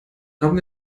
haben